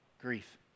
grief